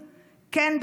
כן,